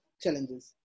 challenges